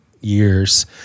years